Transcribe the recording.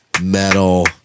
metal